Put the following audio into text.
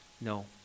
No